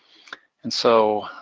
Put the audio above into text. and so,